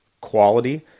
quality